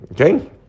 Okay